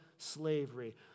slavery